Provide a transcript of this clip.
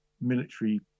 military